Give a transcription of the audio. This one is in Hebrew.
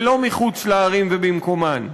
ולא מחוץ לערים ובמקומן.